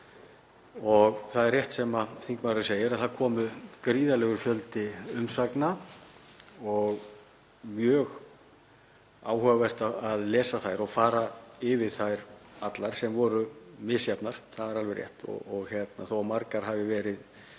Það er rétt sem þingmaðurinn segir að það barst gríðarlegur fjöldi umsagna og var mjög áhugavert að lesa þær og fara yfir þær allar. Þær voru misjafnar — það er alveg rétt — þó að margar hafi